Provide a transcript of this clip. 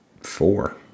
four